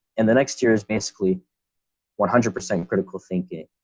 and the next year is basically one hundred percent of critical thinking.